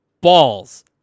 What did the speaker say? Balls